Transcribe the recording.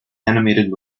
animated